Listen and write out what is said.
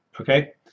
Okay